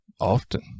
Often